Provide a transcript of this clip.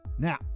Now